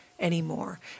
anymore